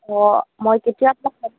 অ মই কেতিয়া